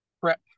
prep